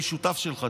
אני שותף שלך.